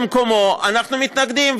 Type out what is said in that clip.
במקומו, אנחנו מתנגדים.